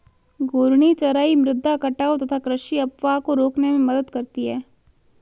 घूर्णी चराई मृदा कटाव तथा कृषि अपवाह को रोकने में मदद करती है